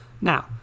Now